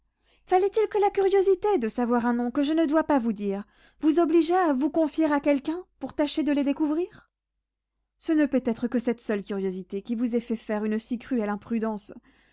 fallait-il que la curiosité de savoir un nom que je ne dois pas vous dire vous obligeât à vous confier à quelqu'un pour tâcher de le découvrir ce ne peut être que cette seule curiosité qui vous ait fait faire une si cruelle imprudence